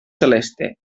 celeste